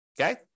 okay